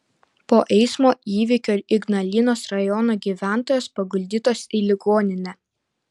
po eismo įvykio ignalinos rajono gyventojos paguldytos į ligoninę